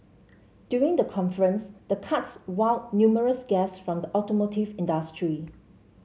during the conference the karts wowed numerous guests from the automotive industry